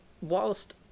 whilst